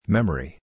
Memory